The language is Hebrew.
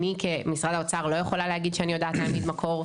אני כמשרד האוצר לא יכולה להגיד שאני יודעת להביא מקור,